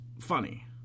funny